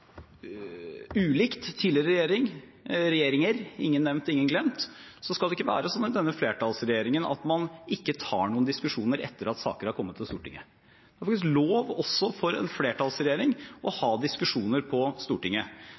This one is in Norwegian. ulikt tidligere regjeringer – ingen nevnt, ingen glemt – skal det ikke være slik i denne flertallsregjeringen at man ikke tar noen diskusjoner etter at saker har kommet til Stortinget. Det er faktisk lov også for en flertallsregjering å ha diskusjoner på Stortinget.